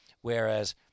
whereas